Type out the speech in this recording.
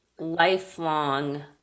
Lifelong